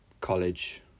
college